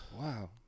wow